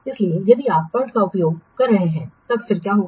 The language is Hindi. इसलिए यदि आप PERT का उपयोग कर रहे हैं तब फिर क्या होगा